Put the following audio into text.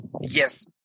Yes